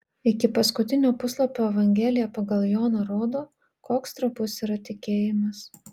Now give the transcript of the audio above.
iki paskutinio puslapio evangelija pagal joną rodo koks trapus yra tikėjimas